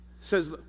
says